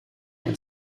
and